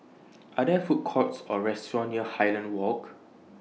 Are There Food Courts Or restaurants near Highland Walk